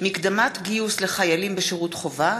מקדמת גיוס לחיילים בשירות חובה),